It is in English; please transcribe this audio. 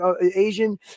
Asian